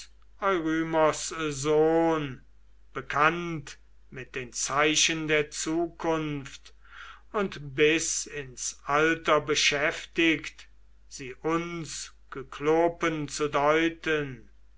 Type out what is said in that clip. sohn bekannt mit den zeichen der zukunft und bis ins alter beschäftigt sie uns kyklopen zu deuten